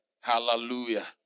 Hallelujah